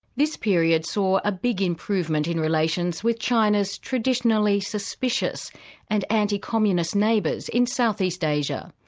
this period saw a big improvement in relations with china's traditionally suspicious and anti-communist neighbours in south east asia.